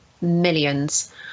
millions